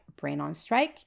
BrainOnStrike